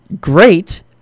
great